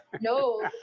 No